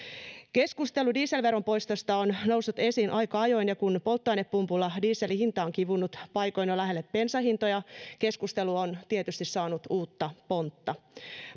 keskustelu dieselveron poistosta on noussut esiin aika ajoin ja kun polttoainepumpulla dieselin hinta on kivunnut paikoin jo lähelle bensan hintoja keskustelu on tietysti saanut uutta pontta